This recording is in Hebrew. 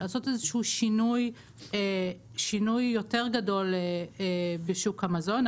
לעשות איזשהו שינוי יותר גדול בשוק המזון.